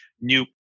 new